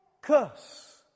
curse